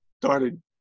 started